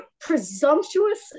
presumptuous